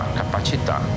capacità